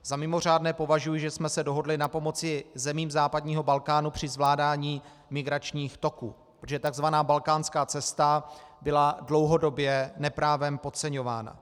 Za mimořádné považuji, že jsme se dohodli na pomoci zemím západního Balkánu při zvládání migračních toků, protože tzv. balkánská cesta byla dlouhodobě neprávem podceňována.